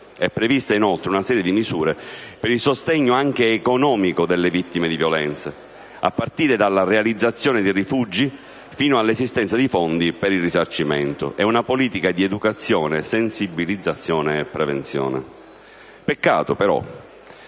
È prevista inoltre una serie di misure per il sostegno anche economico delle vittime di violenze, a partire dalla realizzazione dei rifugi fino all'esistenza di fondi per il risarcimento, e una politica di educazione, sensibilizzazione e prevenzione. Peccato, però,